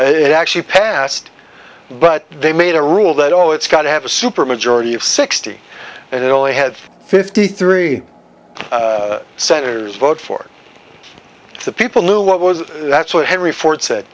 it actually passed but they made a rule that although it's got to have a supermajority of sixty and it only had fifty three senators vote for the people knew what was that's what henry ford said